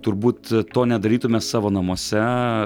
turbūt to nedarytume savo namuose